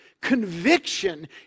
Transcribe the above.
Conviction